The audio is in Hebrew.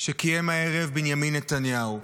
שקיים הערב בנימין נתניהו,